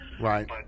right